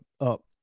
up